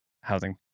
housing